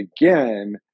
again